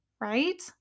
right